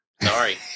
sorry